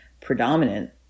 predominant